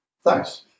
Thanks